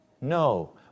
No